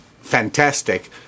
fantastic